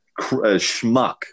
schmuck